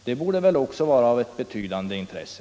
Det borde vara av betydande intresse.